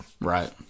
Right